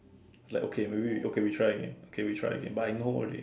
like okay maybe okay we try again okay we try again but I know already